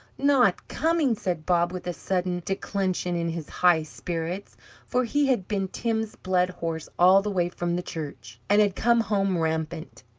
not coming? said bob, with a sudden declension in his high spirits for he had been tim's blood horse all the way from the church, and had come home rampant.